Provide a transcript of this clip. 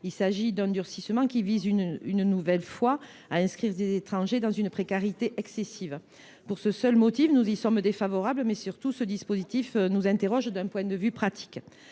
Il s’agit d’un durcissement qui tend, une nouvelle fois, à faire tomber les étrangers dans une précarité excessive. Pour ce seul motif, nous y sommes défavorables. Surtout, ce dispositif nous interroge d’un point de vue pratique.